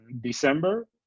December